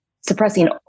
suppressing